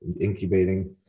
incubating